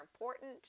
important